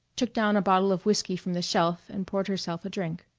took down a bottle of whiskey from the shelf and poured herself a drink.